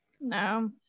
No